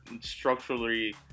structurally